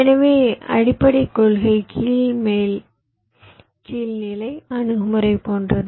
எனவே அடிப்படைக் கொள்கை கீழ்நிலை அணுகுமுறை போன்றது